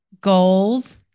goals